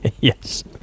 Yes